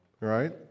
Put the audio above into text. right